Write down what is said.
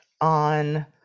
on